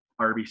RBC